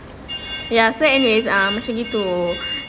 ya so anyway macam gitu